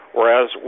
Whereas